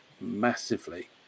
massively